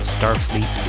Starfleet